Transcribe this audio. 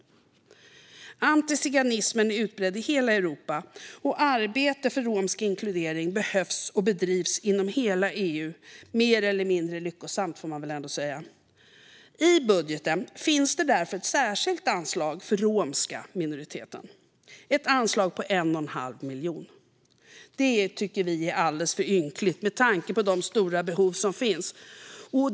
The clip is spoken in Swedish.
Antiziganismen är utbredd i hela Europa, och arbete för romsk inkludering behövs och bedrivs inom hela EU - mer eller mindre lyckosamt, får man väl säga. I budgeten finns därför ett särskilt anslag för den romska minoriteten, ett anslag på 1 1⁄2 miljon. Det tycker vi är alldeles för ynkligt med tanke på de stora behov som finns.